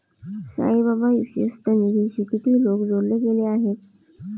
साईबाबा विश्वस्त निधीशी किती लोक जोडले गेले आहेत?